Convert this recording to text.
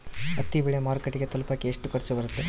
ಹತ್ತಿ ಬೆಳೆ ಮಾರುಕಟ್ಟೆಗೆ ತಲುಪಕೆ ಎಷ್ಟು ಖರ್ಚು ಬರುತ್ತೆ?